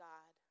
God